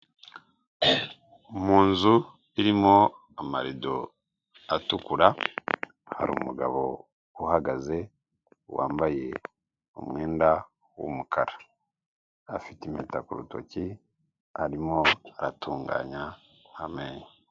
Mu nzu irimo amarido atukura hari umugabo uhagaze wambaye umwenda w'umukara, afite impeta ku rutoki arimo aratunganya amenyo.